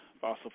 fossil